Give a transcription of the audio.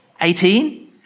Eighteen